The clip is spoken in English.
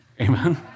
Amen